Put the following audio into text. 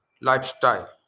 lifestyle